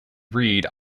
reid